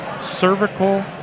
cervical